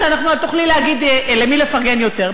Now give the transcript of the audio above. אז תוכלי להגיד למי לפרגן יותר.